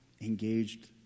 engaged